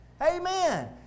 Amen